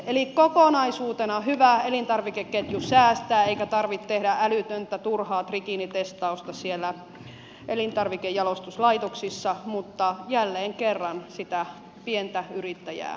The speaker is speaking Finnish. eli kokonaisuutena hyvä elintarvikeketju säästää eikä tarvitse tehdä älytöntä turhaa trikiinitestausta siellä elintarvikejalostuslaitoksissa mutta jälleen kerran sitä pientä yrittäjää kuritetaan